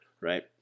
right